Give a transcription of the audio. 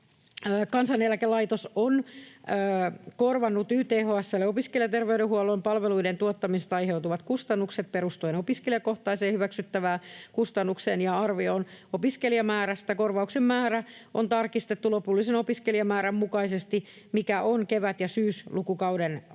Kansaneläkelaitos on korvannut YTHS:lle opiskelijater-veydenhuollon palveluiden tuottamisesta aiheutuvat kustannukset perustuen opiskelijakohtaiseen hyväksyttävään kustannukseen ja arvioon opiskelijamäärästä. Korvauksen määrä on tarkistettu lopullisen opiskelijamäärän mukaisesti, mikä on kevät- ja syyslukukauden